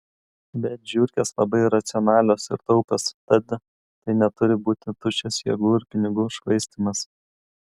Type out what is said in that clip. bet žiurkės labai racionalios ir taupios tad tai neturi būti tuščias jėgų ir pinigų švaistymas